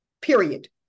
Period